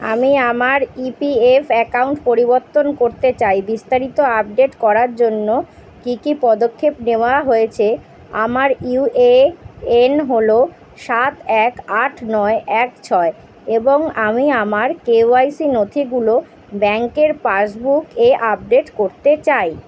আমি আমার E P F account পরিবর্তন করতে চাই বিস্তারিত আপডেট করার জন্য কী কী পদক্ষেপ নেওয়া হয়েছে আমার ইউএএন হলো সাত এক আট নয় এক ছয় এবং আমি আমার কে ওয়াই সি নথিগুলো ব্যাঙ্কের পাসবুক এ আপডেট করতে চাই